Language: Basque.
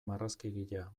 marrazkigilea